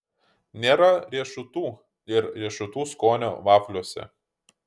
nėra riešutų ir riešutų skonio vafliuose